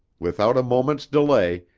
without a moment's delay,